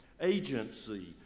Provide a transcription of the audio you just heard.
agency